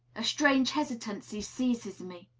a strange hesitancy seizes me.